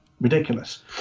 ridiculous